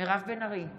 מירב בן ארי,